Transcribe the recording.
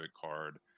card